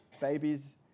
babies